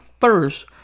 first